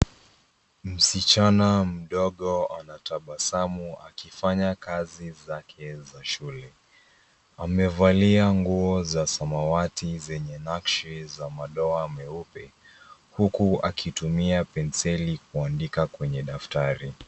Msichana mdogo anatabasamu akifanya kazi zake za shule. Amevalia nguo za samawati zenye nakshi za madoa meuepe huku akitumia penseli kuandika kwenye daftari.